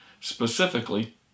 specifically